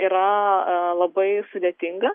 yra a labai sudėtinga